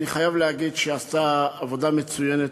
אני חייב להגיד שהיא עשתה עבודה מצוינת,